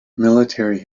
military